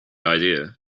idea